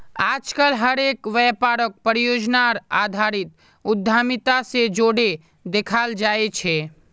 आजकल हर एक व्यापारक परियोजनार आधारित उद्यमिता से जोडे देखाल जाये छे